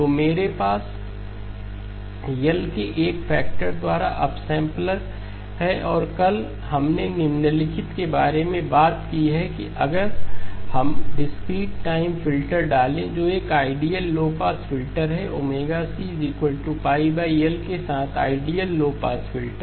तो मेरे पास L के एक फैक्टर द्वारा अपसैंपलर है और कल हमने निम्नलिखित के बारे में भी बात की है कि अगर हम डिस्क्रीट टाइम फिल्टर डालें जो एक आइडियल लो पास फिल्टर है cL के साथ आइडियल लो पास फिल्टर